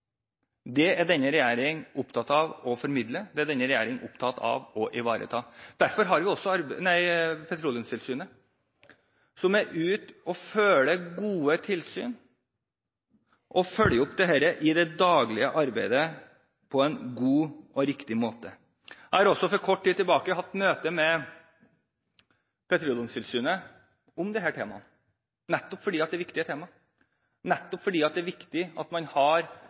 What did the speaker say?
Det er denne regjering opptatt av å formidle, det er denne regjering opptatt av å ivareta. Derfor har vi Petroleumstilsynet, som er ute og fører gode tilsyn og følger opp dette i det daglige arbeidet på en god og riktig måte. Jeg hadde for kort tid siden møte med Petroleumstilsynet om disse temaene, nettopp fordi det er viktige temaer, nettopp fordi det er viktig at man har